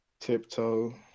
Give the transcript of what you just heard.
tiptoe